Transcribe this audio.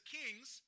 kings